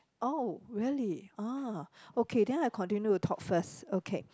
oh really ah okay then I continue to talk first okay